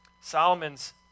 Solomon's